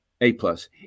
A-plus